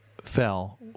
fell